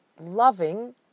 loving